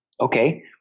Okay